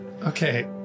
okay